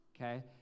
Okay